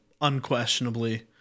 unquestionably